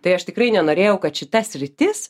tai aš tikrai nenorėjau kad šita sritis